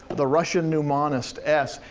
the russian mnemonist, s.